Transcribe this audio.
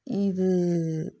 இது